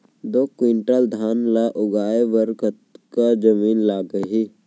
दो क्विंटल धान ला उगाए बर कतका जमीन लागही?